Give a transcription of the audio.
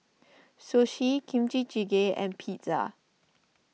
Sushi Kimchi Jjigae and Pizza